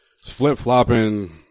flip-flopping